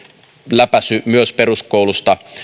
läpäisy myös peruskoulusta